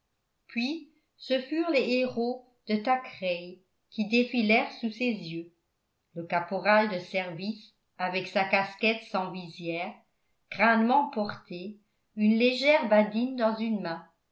puis ce furent les héros de thackeray qui défilèrent sous ses yeux le caporal de service avec sa casquette sans visière crânement portée une légère badine dans une main